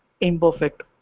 imperfect